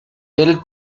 del